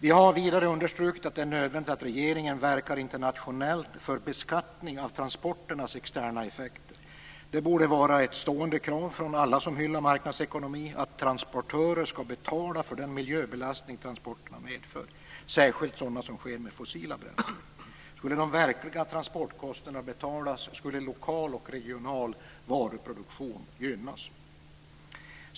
Vi har vidare understrukit att det är nödvändigt att regeringen verkar internationellt för beskattning av transporternas externa effekter. Det borde vara ett stående krav från alla som hyllar marknadsekonomin att transportörer skall betala för den miljöbelastning som transporterna medför, särskilt sådana som sker med fossila bränslen. Skulle de verkliga transportkostnaderna betalas skulle lokal och regional varuproduktion gynnas.